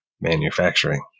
manufacturing